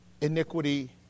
iniquity